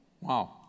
Wow